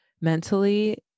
mentally